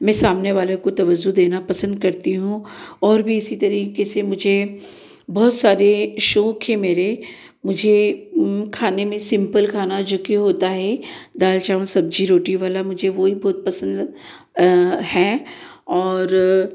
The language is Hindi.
मैं सामने वाले को तबज्जो देना पसंद करती हूँ और भी इसी तरीके से मुझे खाने में सिम्पल खाना जो कि होता है दाल चावल सब्जी रोटी वाला मुझे वो ही बहुत पसंद है और